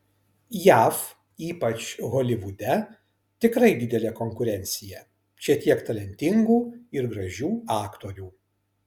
jav ypač holivude tikrai didelė konkurencija čia tiek talentingų ir gražių aktorių